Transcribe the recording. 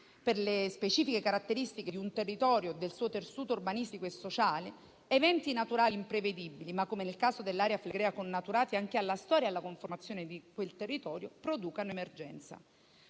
per le specifiche caratteristiche di un territorio e del suo tessuto urbanistico e sociale, eventi naturali imprevedibili, ma, come nel caso dell'area flegrea, connaturati anche alla storia e alla conformazione di quel territorio, producano emergenza.